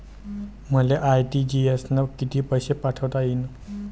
मले आर.टी.जी.एस न कितीक पैसे पाठवता येईन?